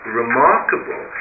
remarkable